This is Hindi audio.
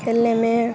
खेलने में